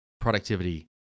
Productivity